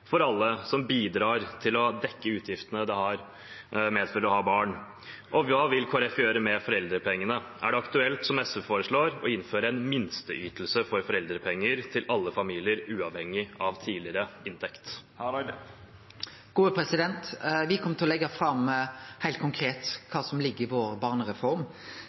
for alle, som bidrar til å dekke utgiftene det medfører å ha barn? Og hva vil Kristelig Folkeparti gjøre med foreldrepengene? Er det aktuelt, som SV foreslår, å innføre en minsteytelse for foreldrepenger til alle familier, uavhengig av tidligere inntekt? Me kjem til å leggje fram heilt konkret kva som ligg i barnereforma vår,